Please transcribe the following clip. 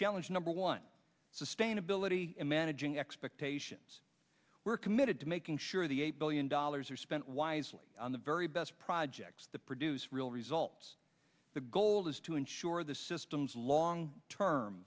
challenge number one sustainability in managing expectations we're committed to making sure the eight billion dollars are spent wisely on the very best projects that produce real results the goal is to ensure the system's long term